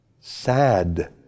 Sad